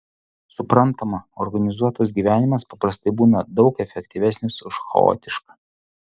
suprantama organizuotas gyvenimas paprastai būna daug efektyvesnis už chaotišką